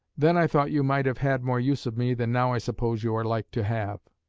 then i thought you might have had more use of me than now i suppose you are like to have.